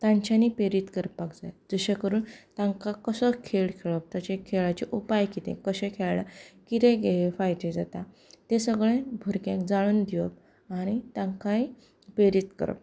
तांच्यानी प्रेरीत करपाक जाय तशें करून तांकां कसो खेळ खेळप ताचे खेळाचे उपाय कितें कशें खेळ किते फायदे जाता तें सगळें भुरग्यांक जाणून घेवप आनी तांकांय प्रेरीत करप